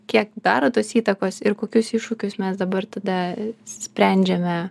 kiek daro tos įtakos ir kokius iššūkius mes dabar tada sprendžiame